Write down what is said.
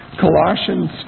Colossians